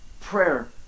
prayer